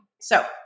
So-